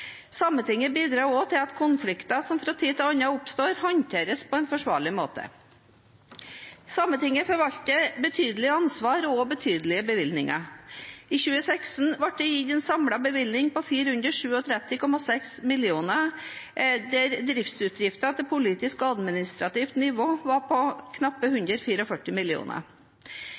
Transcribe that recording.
Sametinget bidrar også til at konflikter som fra tid til annen oppstår, håndteres på en forsvarlig måte. Sametinget forvalter et betydelig ansvar og betydelige bevilgninger. I 2016 ble det gitt en samlet bevilgning på 437,6 mill. kr, der driftsutgiftene til politisk og administrativt nivå var på knappe